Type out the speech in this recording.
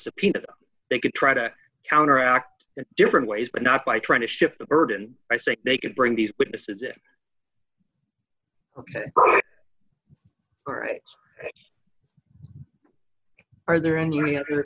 subpoena they could try to counteract it different ways but not by trying to shift the burden by saying they could bring these witnesses it or are there any other